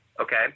okay